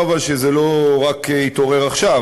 אבל אני חייב לומר שזה לא התעורר רק עכשיו.